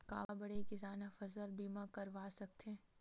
का बड़े किसान ह फसल बीमा करवा सकथे?